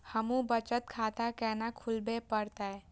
हमू बचत खाता केना खुलाबे परतें?